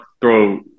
throw